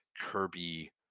Kirby